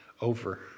over